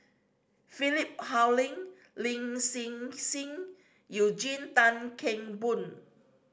Philip Hoalim Lin Hsin Hsin Eugene Tan Kheng Boon